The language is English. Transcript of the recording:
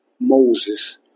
Moses